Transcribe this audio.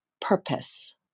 purpose